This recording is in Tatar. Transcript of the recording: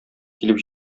килеп